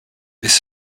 this